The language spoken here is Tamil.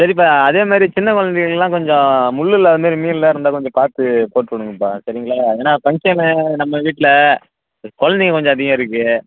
சரிப்பா அதேமாதிரி சின்ன குழைந்தைகளுக்குக்குலாம் கொஞ்சம் முள் இல்லாத மாதிரி மீன்லாம் இருந்தால் கொஞ்சம் பார்த்து போட்டுவிடுங்கப்பா சரிங்களா ஏன்னா ஃபங்க்ஷன்னு நம்ம வீட்டில் இங்கே குழந்தைங்க கொஞ்சம் அதிகம் இருக்கு